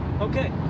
Okay